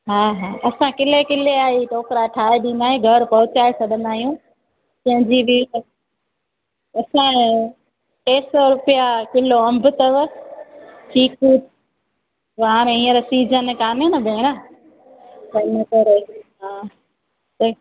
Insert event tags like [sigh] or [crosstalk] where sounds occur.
हा हा असां किले किले वारी टोकिरा ठाहे ॾींदा घरु पहुचाए छॾींदा आहियूं [unintelligible] असांजे टे सौ रुपिया किलो अंब अथव चीकू हाणे हींअर सीजन काने भेण त इन करे हा ते